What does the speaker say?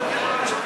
במליאה.